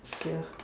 ya